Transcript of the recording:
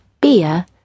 beer